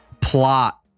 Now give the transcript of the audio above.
plot